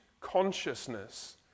consciousness